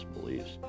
beliefs